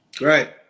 Right